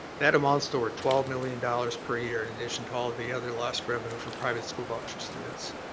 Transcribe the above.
that amounts to over twelve million dollars per year, in addition to all the other lost revenue for private school voucher students.